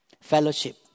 fellowship